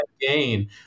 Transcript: gain